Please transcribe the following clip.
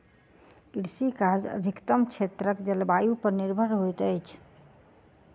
कृषि कार्य अधिकतम क्षेत्रक जलवायु पर निर्भर होइत अछि